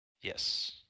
Yes